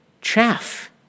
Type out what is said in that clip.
Chaff